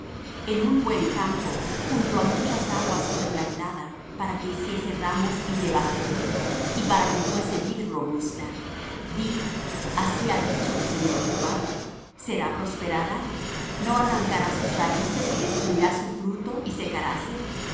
en un buen campo junto á muchas aguas fué plantada para que hiciese ramos y llevase fruto y para que fuese vid robusta di así ha dicho el señor jehová será prosperada no arrancará sus raíces y destruirá su fruto y